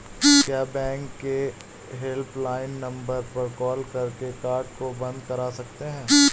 क्या बैंक के helpline number पर कॉल करके कार्ड को बंद करा सकते हैं?